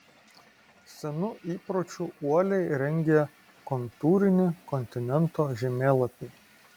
senu įpročiu uoliai rengė kontūrinį kontinento žemėlapį